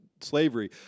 slavery